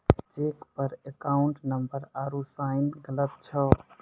cheque पर account number आरू sign गलत छौ